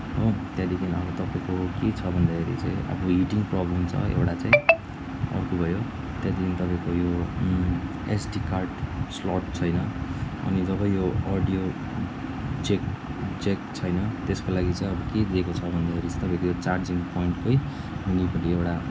हो त्यहाँदेखि अन्त तपाईँको के छ भन्दाखेरि चाहिँ अब हिटिङ प्रोब्लम छ एउटा चाहिँ अर्को भयो त्यहाँदेखि तपाईँको यो एसडी कार्ड स्लट छैन अनि जब यो अडियो चेक जेक छैन त्यसको लागि चाहिँ अब के दिएको छ भन्दाखेरि चाहिँ यो तपाईँको चार्जिङ पोइन्टकै मुनिपट्टि एउटा